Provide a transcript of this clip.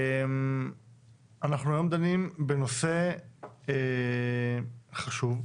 אנחנו היום דנים בנושא חשוב,